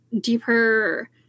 Deeper